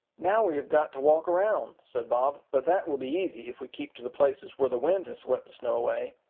now we have got to walk around, said bob. but that will be easy, if we keep to the places where the wind has swept the snow away.